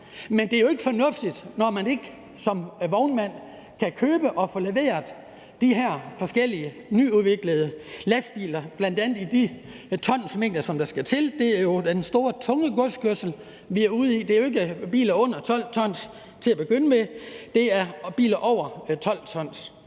men det er jo ikke fornuftigt, når man som vognmand ikke kan købe og få leveret de her forskellige nyudviklede lastbiler med bl.a. de tons, der skal til. Det er jo den store, tunge godskørsel, vi er ude i. Det er jo til at begynde med ikke biler under 12 t; det er biler over 12 t.